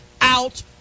out